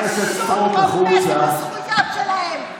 פשוט רומס את הזכויות שלהם.